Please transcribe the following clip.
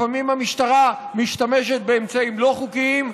לפעמים המשטרה משתמשת באמצעים לא חוקיים,